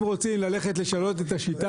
אם רוצים ללכת לשנות את השיטה,